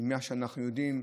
ממה שאנחנו יודעים,